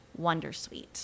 wondersuite